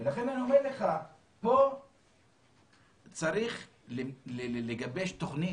לכן אני אומר לך, פה צריך לגבש תוכנית.